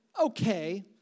okay